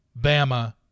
Bama